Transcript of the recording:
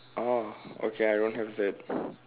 orh okay I don't have that